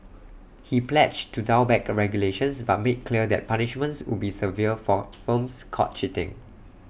he pledged to dial back regulations but made clear that punishments would be severe for firms caught cheating